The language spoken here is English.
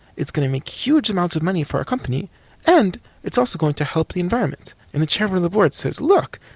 it's going to make huge amounts of money for our company and it's also going to help the environment. and the chairman of the board says, look,